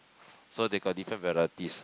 so they go different varieties